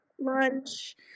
lunch